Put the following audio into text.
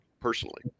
personally